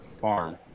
farm